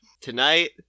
tonight